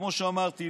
כמו שאמרתי,